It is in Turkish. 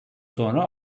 sonra